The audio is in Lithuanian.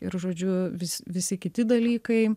ir žodžiu vis visi kiti dalykai